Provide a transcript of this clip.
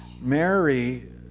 Mary